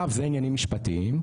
עכשיו זה עניינים משפטיים,